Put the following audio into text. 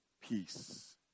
peace